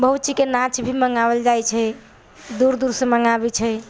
बहुत चीज के नाच भी मंगाबल जाय छै दूर दूर से मंगाबै छै